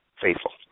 faithful